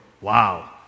wow